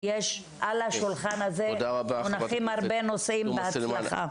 יש על השולחן הזה מונחים הרבה נושאים, בהצלחה.